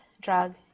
drug